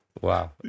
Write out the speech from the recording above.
Wow